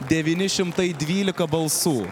devyni šimtai dvylika balsų